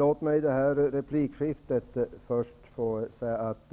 Herr talman! Låt mig först säga att